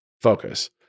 focus